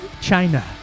China